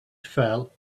fell